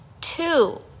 Two